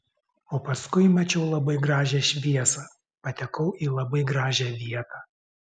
o paskui mačiau labai gražią šviesą patekau į labai gražią vietą